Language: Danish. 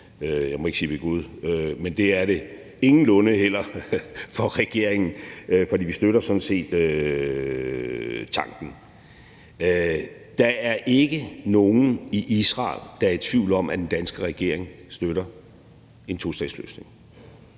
jeg må ikke sige »ved Gud« – ingenlunde heller for regeringen, fordi vi sådan set støtter tanken. Der er ikke nogen i Israel, der er i tvivl om, at den danske regering støtter en tostatsløsning.